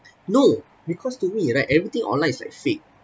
no because to me right everything online is like fake